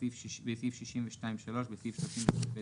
בסעיף 62(2), בסעיף 28(ב1),